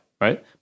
Right